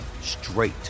straight